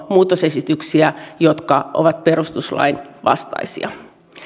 muutosesityksiä jotka ovat perustuslain vastaisia